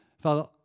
Father